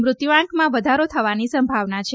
મૃત્યાંકમાં વધારો થવાની સંભાવના છે